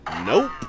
Nope